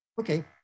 Okay